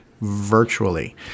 virtually